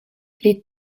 les